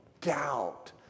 doubt